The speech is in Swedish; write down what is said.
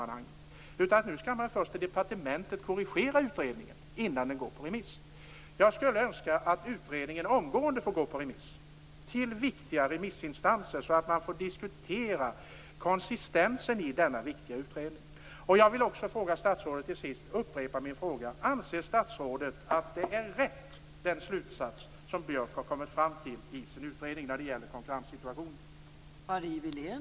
Nu skall man först på departementet korrigera utredningen innan den går på remiss. Jag skulle önska att utredningen omgående får gå på remiss till viktiga remissinstanser så att man får diskutera konsistensen i denna viktiga utredning. Till sist vill jag upprepa min fråga: Anser statsrådet att den slutsats som Björk har kommit fram till i sin utredning är riktig när det gäller konkurrenssituationen?